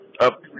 up